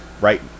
Right